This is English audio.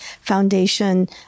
Foundation